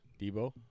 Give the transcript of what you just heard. Debo